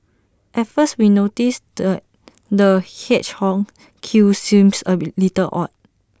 at first we noticed the hedgehog's quills seems A bit little odd